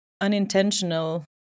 unintentional